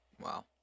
wow